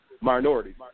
minorities